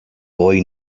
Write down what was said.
boy